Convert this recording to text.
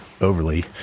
overly